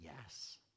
yes